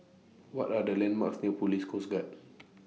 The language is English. What Are The landmarks near Police Coast Guard